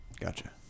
Gotcha